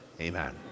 Amen